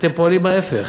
אתם פועלים ההפך.